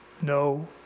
No